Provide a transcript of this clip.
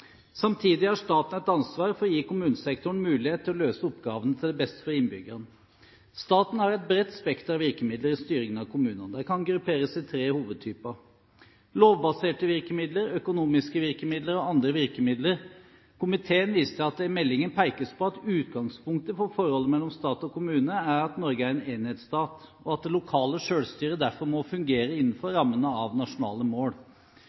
Samtidig har staten et ansvar for å gi kommunesektoren muligheter til å løse oppgavene til det beste for innbyggerne. Staten har et bredt spekter av virkemidler i styringen av kommunene. De kan grupperes i tre hovedtyper: lovbaserte virkemidler, økonomiske virkemidler og andre virkemidler. Komiteen viser til at det i meldingen pekes på at utgangspunktet for forholdet mellom stat og kommune er at Norge er en enhetsstat, og at det lokale selvstyret derfor må fungere innenfor rammene av nasjonale mål.